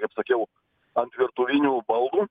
kaip sakiau ant virtuvinių baldų